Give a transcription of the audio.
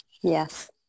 Yes